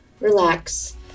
relax